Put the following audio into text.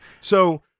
So-